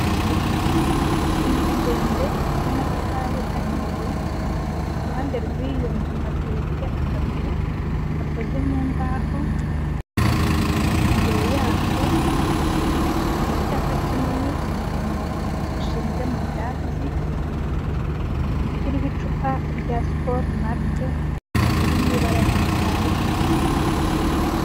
Inzu ndende y'amatafari ahiye iruhande rw'iyo nzu hateretse akazu gakoze mu mbaho, imbere yako hari icyapa kinini gishinze mu byatsi kiriho icupa rya SKOL MALT riri mw'ibara ry'icyatsi.